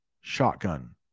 shotgun